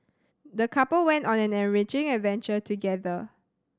the couple went on an enriching adventure together